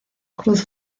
cruz